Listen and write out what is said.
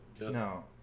no